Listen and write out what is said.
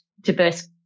diverse